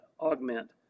augment